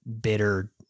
bitter